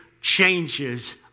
changes